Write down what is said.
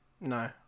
no